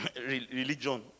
religion